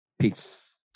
Peace